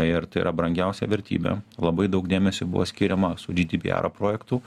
ir tai yra brangiausia vertybė labai daug dėmesio buvo skiriama su džydypijaro projektu